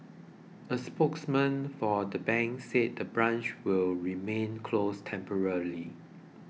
a spokesman for the bank said the branch will remain closed temporarily